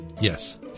Yes